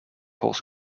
horse